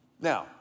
Now